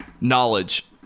knowledge